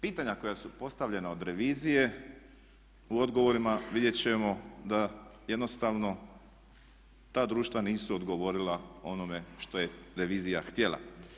Pitanja koja su postavljena od revizije u odgovorima vidjeti ćemo da jednostavno ta društva nisu odgovorila onome što je revizija htjela.